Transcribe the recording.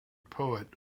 poet